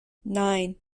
nine